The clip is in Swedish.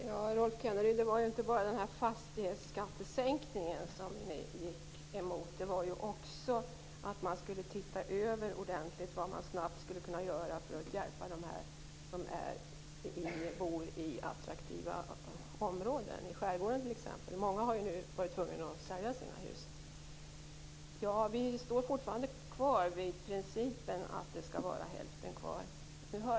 Herr talman! Det gällde inte bara fastighetsskattesänkningen, Rolf Kenneryd, utan det handlade också om att se vad man snabbt kan göra för att hjälpa dem som bor i attraktiva områden, t.ex. i skärgården. Många av dem har ju varit tvungna att sälja sina hus. Ja, vi står fortfarande kvar vid principen att det skall vara hälften kvar.